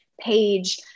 page